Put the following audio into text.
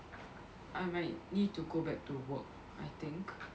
I might need to go back to work I think